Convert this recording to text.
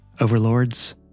overlords